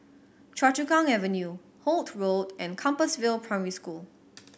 Choa Chu Kang Avenue Holt Road and Compassvale Primary School